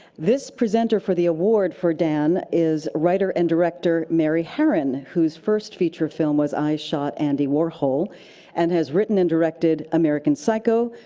this presenter for the award for dan is writer and director mary harron, who's first feature film was i shot andy warhol and has written and directed american psycho,